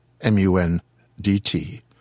M-U-N-D-T